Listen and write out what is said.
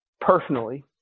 personally